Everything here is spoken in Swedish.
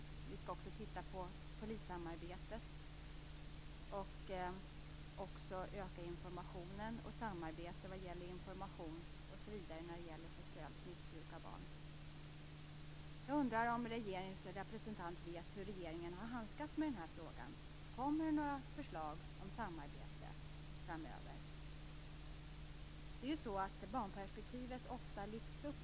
Vi skall också se över polissamarbetet, öka informationen och samarbetet osv. när det gäller sexuellt missbruk av barn. Jag undrar om regeringens representant vet hur regeringen har handskats med frågan. Kommer det några förslag om samarbete framöver? I det nordiska samarbetet lyfts ofta barnperspektivet fram.